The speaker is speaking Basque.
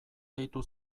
deitu